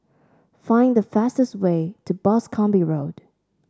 find the fastest way to Boscombe Road